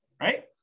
right